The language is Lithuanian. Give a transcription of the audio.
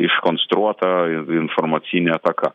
iškonstruota informacinė ataka